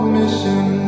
mission